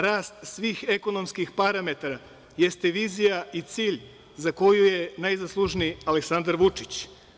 Rast svih ekonomskih parametara jeste vizija i cilj za koju je najzaslužniji Aleksandar Vučić.